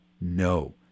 no